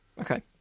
Okay